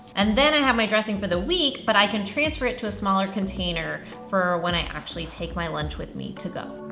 and then i have my dressing for the week, but i can transfer it to a smaller container for when i actually take my lunch with me to go.